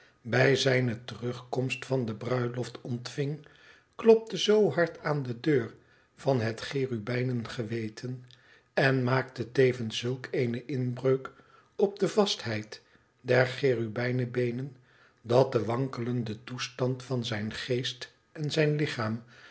bij zijne terugkomst van de bruiloft ontving klopte zoo bard aan de deur van het cherubijnen geweten en mate tevens zulk eene inbreuk op de vastheid der cherubijnenbeenen dat de wankelende toestand van zijn geest en zijn lichaam